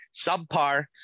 subpar